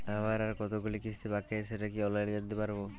আমার আর কতগুলি কিস্তি বাকী আছে সেটা কি অনলাইনে জানতে পারব?